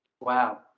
Wow